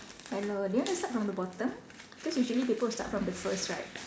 hello do you want to stand from the bottom because usually people will start from the first right